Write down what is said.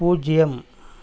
பூஜ்ஜியம்